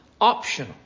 optional